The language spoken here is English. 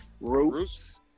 Roots